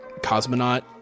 Cosmonaut